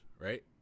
right